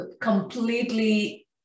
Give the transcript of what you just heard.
completely